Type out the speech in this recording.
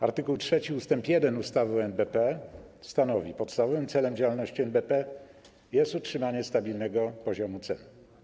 Art. 3 ust. 1 ustawy o NBP stanowi: Podstawowym celem działalności NBP jest utrzymanie stabilnego poziomu cen.